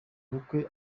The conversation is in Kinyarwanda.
bukwe